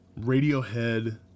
Radiohead